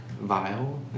vile